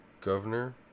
governor